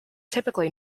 typically